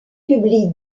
publie